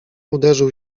uderzył